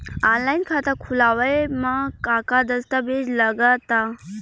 Online खाता खूलावे म का का दस्तावेज लगा ता?